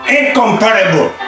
incomparable